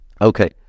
Okay